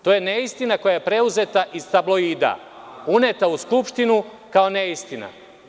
To je neistina koja je preuzeta iz tabloida, uneta u Skupštinu kao neistina.